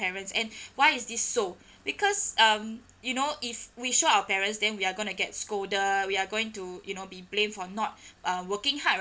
parents and why is this so because um you know if we show our parents then we are going to get scolded we are going to you know be blamed for not uh working hard